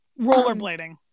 rollerblading